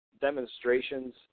demonstrations